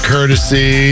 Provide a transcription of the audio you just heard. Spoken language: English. Courtesy